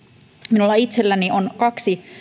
minulla itselläni on kaksi